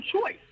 choice